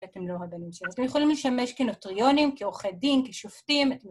אתם יכולים לשמש כנוטריונים, כאוחדים, כשופטים.